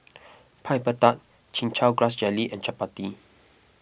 Piper Tart Chin Chow Grass Jelly and Chappati